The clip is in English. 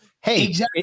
hey